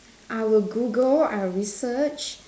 I will Google I'll research